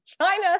China